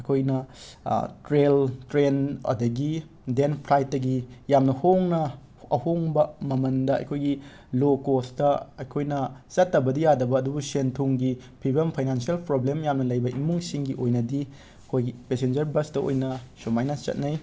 ꯑꯩꯈꯣꯏꯅ ꯀ꯭ꯔꯦꯜ ꯀ꯭ꯔꯦꯟ ꯑꯗꯒꯤ ꯗꯦꯟ ꯐ꯭ꯂꯥꯏꯠꯇꯒꯤ ꯌꯥꯝꯅ ꯍꯣꯡꯅ ꯑꯍꯣꯡꯕ ꯃꯃꯟꯗ ꯑꯩꯈꯣꯏꯒꯤ ꯂꯣ ꯀꯣꯁꯇ ꯑꯩꯈꯣꯏꯅ ꯆꯠꯇꯕꯗꯤ ꯌꯥꯗꯕ ꯑꯗꯨꯕꯨ ꯁꯦꯟ ꯊꯨꯝꯒꯤ ꯐꯤꯕꯝ ꯐꯩꯅꯥꯟꯁꯦꯜ ꯄ꯭ꯔꯣꯕ꯭ꯂꯦꯝ ꯌꯥꯝꯅ ꯂꯩꯕ ꯏꯃꯨꯡꯁꯤꯡꯒꯤ ꯑꯣꯏꯅꯗꯤ ꯑꯩꯈꯣꯏ ꯄꯦꯁꯦꯟꯖꯔ ꯕꯁꯇ ꯑꯣꯏꯅ ꯁꯨꯃꯥꯏꯅ ꯆꯠꯅꯩ